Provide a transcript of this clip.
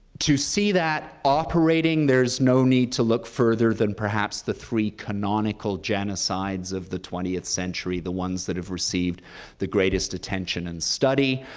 to see that operating, there's no need to look further than perhaps the three canonical genocides of the twentieth century, the ones that have received the greatest attention and study.